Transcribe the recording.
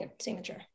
signature